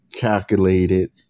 calculated